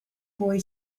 boy